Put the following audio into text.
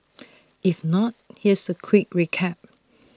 if not here's A quick recap